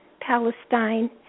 Palestine